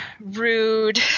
rude